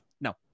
no